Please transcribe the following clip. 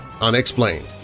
unexplained